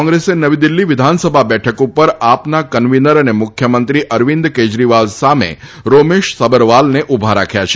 કોંગ્રેસે નવી દિલ્ફી વિધાનસભા બેઠક ઉપર આપના કન્વીનર અને મુખ્યમંત્રી અરવિંદ કેજરીવાલ સામે રોમેશ સબરવાલને ઉભા રાખ્યા છે